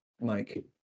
Mike